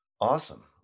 Awesome